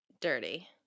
Dirty